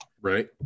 Right